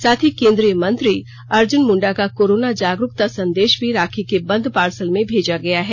साथ ही केंद्रीय मंत्री अर्जुन मुंडा का कोरोना जागरूकता संदेश भी राखी के बंद पार्सल में भेजा है